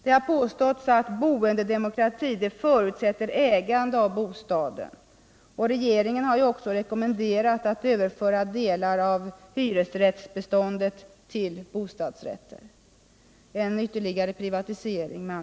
Det har påståtts att boendedemokrati förutsätter ägande av bostaden. Regeringen har också rekommenderat att överföra delar av hyresrättsbeståndet till bostadsrätter — med andra ord en ytterligare privatisering.